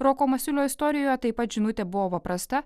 roko masiulio istorijoje taip pat žinutė buvo prasta